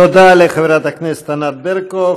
תודה לחברת הכנסת ענת ברקו.